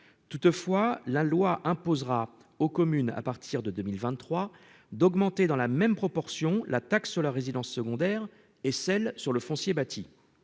Toutefois, la loi imposera aux communes, à partir de 2023, d'augmenter dans la même proportion la taxe sur les résidences secondaires et celle sur le foncier bâti.